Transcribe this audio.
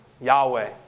Yahweh